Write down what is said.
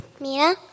Mia